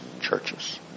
churches